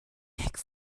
heck